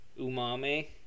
Umami